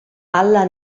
alla